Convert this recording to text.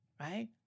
right